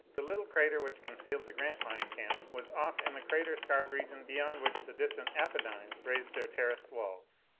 the little crater which concealed the grantline camp was off in the crater-scarred region beyond which the distant apennines raised their terraced walls.